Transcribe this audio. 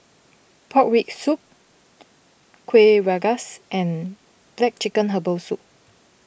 Pork Rib Soup Kueh Rengas and Black Chicken Herbal Soup